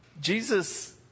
Jesus